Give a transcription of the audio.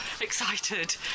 excited